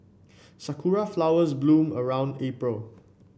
sakura flowers bloom around April